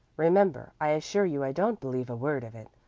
remember, i assure you i don't believe a word of it.